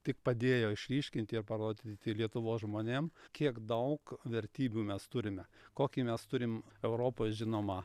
tik padėjo išryškinti ir parodyti lietuvos žmonėm kiek daug vertybių mes turime kokį mes turim europoj žinomą